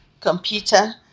computer